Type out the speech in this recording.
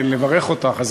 לברך אותך.